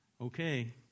Okay